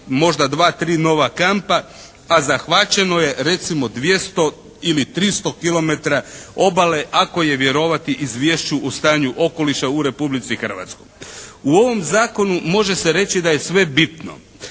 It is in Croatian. možda dva, tri nova kampa a zahvaćeno je recimo 200 ili 300 km obale ako je vjerovati izvješću o stanju okoliša u Republici Hrvatskoj. U ovom zakonu može se reći da je sve bitno.